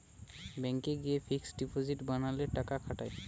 ব্যাংকে গিয়ে fixed deposit বানালে টাকা খাটায়